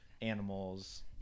animals